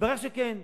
מתברר שכן.